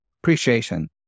appreciation